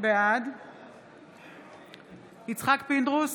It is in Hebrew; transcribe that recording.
בעד יצחק פינדרוס,